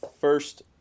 first